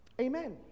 Amen